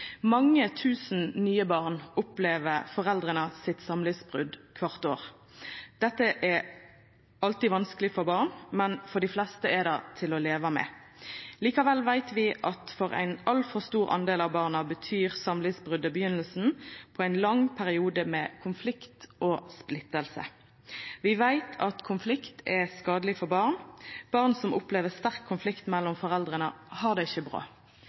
Mange tusen nye barn kvart år opplever samlivsbrot hos foreldra. Dette er alltid vanskeleg for barn, men for dei fleste er det til å leva med. Likevel veit vi at for ein altfor stor del av barna betyr samlivsbrotet begynninga på ein lang periode med konflikt og splitting. Vi veit at konflikt er skadeleg for barn. Barn som opplever sterk konflikt mellom foreldra, har det ikkje bra.